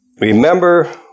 Remember